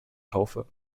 taufe